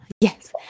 Yes